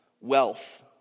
wealth